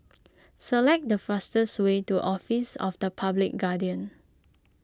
select the fastest way to Office of the Public Guardian